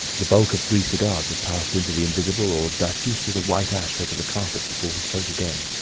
the bulk of three cigars had passed into the invisible or diffused as a white ash over the carpet before he spoke again.